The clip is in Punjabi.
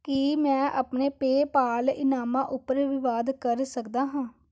ਕੀ ਮੈਂ ਆਪਣੇ ਪੇਪਾਲ ਇਨਾਮਾਂ ਉੱਪਰ ਵਿਵਾਦ ਕਰ ਸਕਦਾ ਹਾਂ